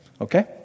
Okay